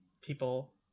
People